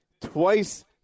twice